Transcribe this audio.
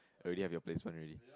already have your placement already